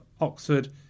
Oxford